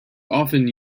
often